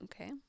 Okay